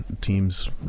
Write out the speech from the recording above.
teams